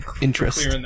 interest